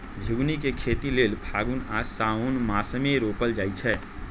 झिगुनी के खेती लेल फागुन आ साओंन मासमे रोपल जाइ छै